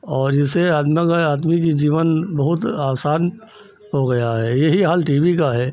और जैसे आत्मा का आदमी के जीवन बहुत आसान हो गया है यही हाल टी वी का है